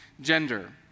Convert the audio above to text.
gender